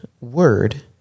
word